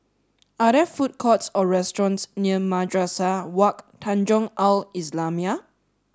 are there food courts or restaurants near Madrasah Wak Tanjong Al islamiah